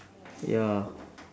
ya